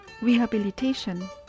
rehabilitation